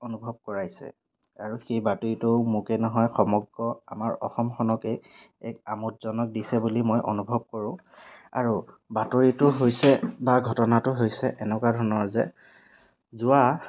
অনুভৱ কৰাইছে আৰু সেই বাতৰিটো মোকেই নহয় সমগ্ৰ আমাৰ অসমখনকেই এক আমোদজনক দিছে বুলি মই অনুভৱ কৰোঁ আৰু বাতৰিটো হৈছে বা ঘটনাটো হৈছে এনেকুৱা ধৰণৰ যে যোৱা